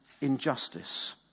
injustice